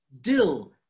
dill